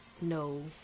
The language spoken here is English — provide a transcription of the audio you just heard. No